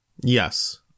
Yes